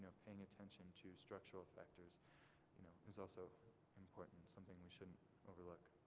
ah paying attention to structural factors you know is also important, something we shouldn't overlook.